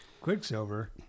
Quicksilver